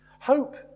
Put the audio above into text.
Hope